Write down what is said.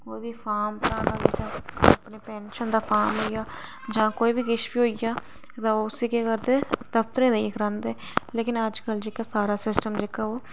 कोई बी फार्म भराना अपने पेंशन दा फार्म होई गेआ जां कोई बी किश बी होई गेआ ते ओह् उसी केह् करदे दफ्तर जाइयै करांदे लेकिन अजकल जेह्का सारा सिस्टम जेह्का ओह्